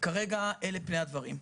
כרגע אלה פני הדברים.